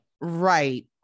Right